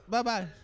Bye-bye